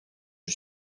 lui